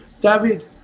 David